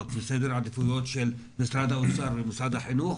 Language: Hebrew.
וסדר העדיפויות של משרד האוצר ומשרד החינוך,